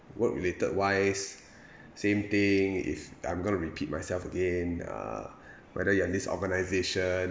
work-related wise same thing if I'm gonna repeat myself again uh whether you are in this organisation